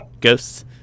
Ghosts